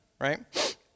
right